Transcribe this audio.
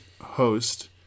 host